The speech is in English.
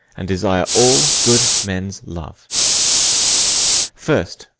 and desire all good men's love first,